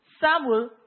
Samuel